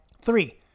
three